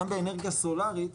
גם באנרגיה סולארית,